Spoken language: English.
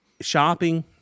shopping